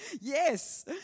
yes